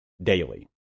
Daily